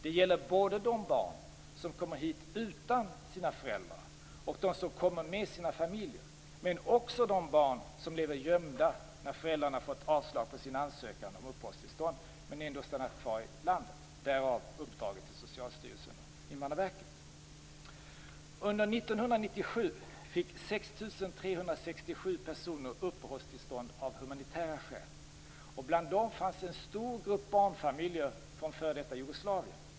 Det gäller både de barn som kommer hit utan sina föräldrar och de som kommer med sina familjer, men också de barn som lever gömda när föräldrarna fått avslag på sin ansökan om uppehållstillstånd men ändå stannat kvar i landet. Därav uppdraget till Socialstyrelsen och Invandrarverket. Under 1997 fick 6 367 personer uppehållstillstånd av humanitära skäl. Bland dem fanns en stor grupp barnfamiljer från f.d. Jugoslavien.